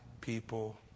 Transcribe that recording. people